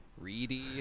reedy